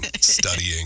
studying